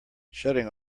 shutting